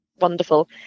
wonderful